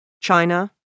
China